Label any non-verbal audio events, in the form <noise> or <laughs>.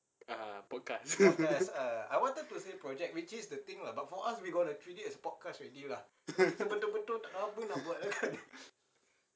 err podcast <laughs>